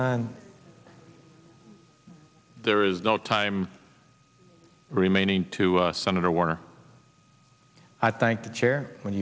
and there is no time remaining to senator warner i thank the chair when